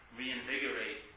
reinvigorate